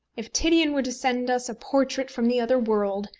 if titian were to send us a portrait from the other world,